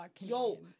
yo